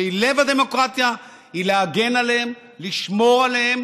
שהיא לב הדמוקרטיה, הוא להגן עליהם, לשמור עליהם